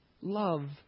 love